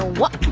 what? oh